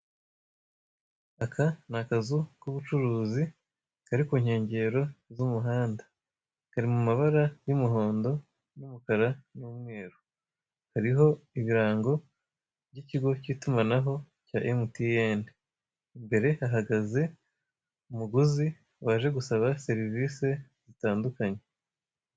Aka ni akazu k'ubucuruzi kari kunyengero z'umuhanda. Kari mu mabara y'umuhondo n'umukara n'umweru kariho ibirango by'ikigo k'itumanaho cya Mtn, imbere hahagaze umuguzi waje gusaba serivise zitandukanye.